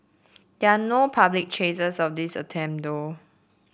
there are no public traces of these attempt though